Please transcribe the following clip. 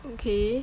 okay